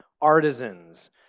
artisans